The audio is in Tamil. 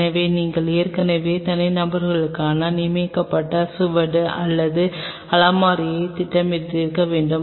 எனவே நீங்கள் ஏற்கனவே தனிநபர்களுக்காக நியமிக்கப்பட்ட சுவடு அல்லது அலமாரியைத் திட்டமிட்டிருக்க வேண்டும்